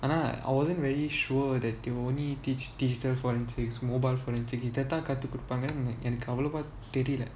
ஆனா:aana I wasn't really sure that they will only teach digital forensics mobile forensics இதை தான் கத்து கொடுப்பாங்கனு எனக்கு அவளோவா தெரில:ithai thaan kathu kodupaanunganu enaku avalovaa therila lah